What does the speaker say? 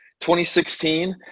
2016